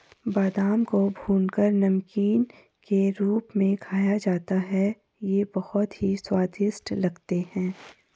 बादाम को भूनकर नमकीन के रूप में खाया जाता है ये बहुत ही स्वादिष्ट लगते हैं